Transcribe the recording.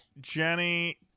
jenny